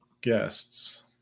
guests